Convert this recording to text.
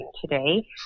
today